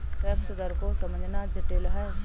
tax दर को समझना जटिल है